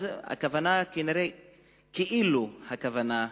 אז כנראה כאילו הכוונה טובה.